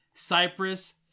Cyprus